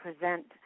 present